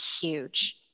huge